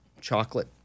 chocolate